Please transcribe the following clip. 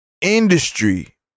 industry